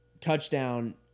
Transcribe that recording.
touchdown